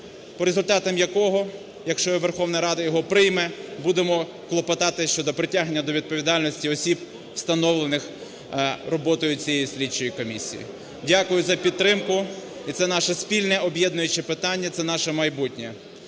по результатам якого, якщо Верховна Рада його прийме, будемо клопотати щодо притягнення до відповідальності осіб, встановлених роботою цієї слідчої комісії. Дякую за підтримку. І це наше спільне об'єднуюче питання, це наше майбутнє,